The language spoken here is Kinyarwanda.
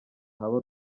haba